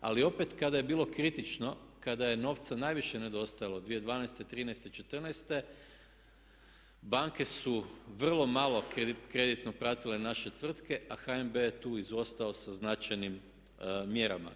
Ali opet kada je bilo kritično, kada je novca najviše nedostajalo 2012., trinaeste i četrnaeste banke su vrlo malo kreditno pratile naše tvrtke, a HNB je tu izostao sa značajnim mjerama.